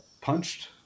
punched